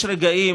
יש רגעים